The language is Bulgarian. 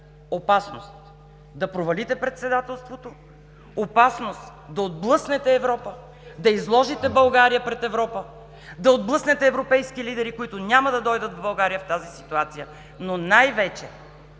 опасност да провалите председателството, опасност да отблъснете Европа, да изложите България пред Европа, да отблъснете европейски лидери, които няма да дойдат в България в тази ситуация, но най-вече